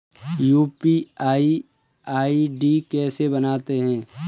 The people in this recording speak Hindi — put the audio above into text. यू.पी.आई आई.डी कैसे बनाते हैं?